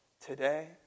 today